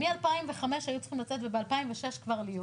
שמ-2005 היו צריכות לצאת וב-2006 כבר להיות.